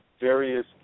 various